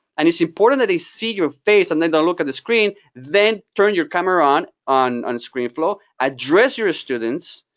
and it's important that they see your face, and they don't look at the screen, then turn your camera on on screenflow, address your students.